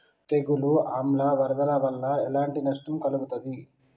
తెగులు ఆమ్ల వరదల వల్ల ఎలాంటి నష్టం కలుగుతది?